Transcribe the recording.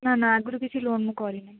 ନା ନା ଆଗରୁ କିଛି ଲୋନ୍ ମୁଁ କରିନି